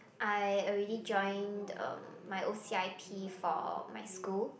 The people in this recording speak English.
I already joined um my o_c_i_p for my school